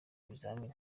ibizamini